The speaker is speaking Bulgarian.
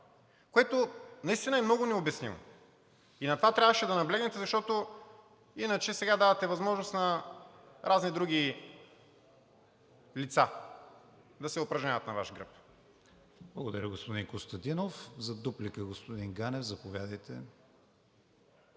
което наистина е много необяснимо. На това трябваше да наблегнете, защото иначе сега давате възможност на разни други лица да се упражняват на Ваш гръб. ПРЕДСЕДАТЕЛ КРИСТИАН ВИГЕНИН: Благодаря, господин Костадинов. За дуплика – господин Ганев, заповядайте.